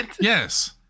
yes